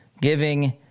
giving